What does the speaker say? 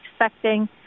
expecting